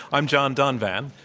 i'm john donvan.